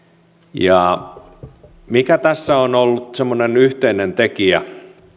ja se mikä tässä on ollut semmoinen yhteinen tekijä